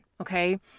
Okay